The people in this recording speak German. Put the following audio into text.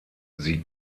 sie